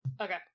Okay